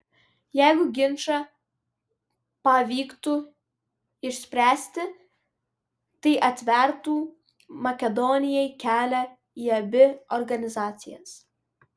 jeigu ginčą pavyktų išspręsti tai atvertų makedonijai kelią į abi organizacijas